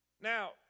Now